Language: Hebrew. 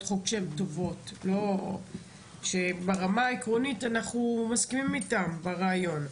חוק שהן טובות ושברמה העקרונית אנחנו מסכימים איתם על הרעיון.